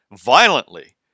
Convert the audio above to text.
violently